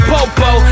Popo